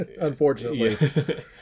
unfortunately